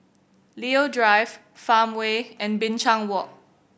Leo Drive Farmway and Binchang Walk